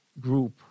group